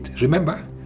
Remember